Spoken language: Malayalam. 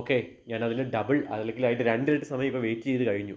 ഓക്കെ ഞാനതിൻ്റെ ഡബിൾ അതല്ലെങ്കിലതിൻ്റെ രണ്ടിരട്ടി സമയം വെയിറ്റെയ്ത് കഴിഞ്ഞു